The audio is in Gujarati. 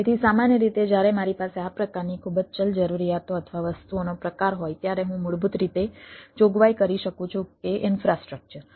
તેથી સામાન્ય રીતે જ્યારે મારી પાસે આ પ્રકારની ખૂબ જ ચલ જરૂરિયાતો અથવા વસ્તુઓનો પ્રકાર હોય ત્યારે હું મૂળભૂત રીતે જોગવાઈ કરી શકું છું કે ઈન્ફ્રાસ્ટ્રક્ચર